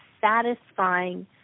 satisfying